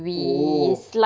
oh